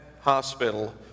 hospital